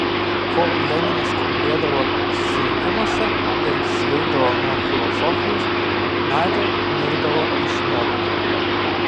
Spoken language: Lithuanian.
kol leninas kalbėdavo susirinkimuose ir svaigdavo nuo filosofijos nadia mirdavo iš nuobodulio